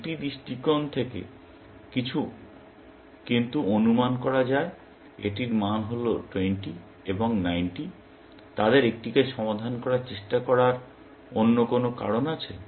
একটি দৃষ্টিকোণ থেকে কিন্তু অনুমান করা যায় এটির মান হল 20 এবং 90 তাদের একটিকে সমাধান করার চেষ্টা করার অন্য কোন কারণ আছে